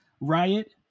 Riot